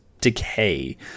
decay